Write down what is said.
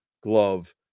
glove